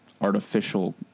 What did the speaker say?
artificial